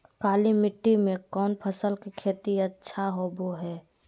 काली मिट्टी में कौन फसल के खेती अच्छा होबो है?